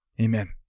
Amen